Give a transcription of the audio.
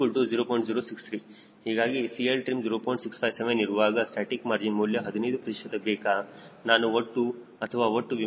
657 ಇರುವಾಗ static margin ಮೌಲ್ಯ 15 ಪ್ರತಿಶತ ಬೇಕಾ ನಾನು ಒಟ್ಟು ಅಥವಾ ಒಟ್ಟು ವಿಮಾನದ Cm0 ಮೌಲ್ಯ 0